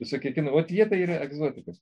visokie kinai vat jie tai yra egzotikos